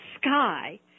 sky